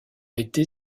été